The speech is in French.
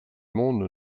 monde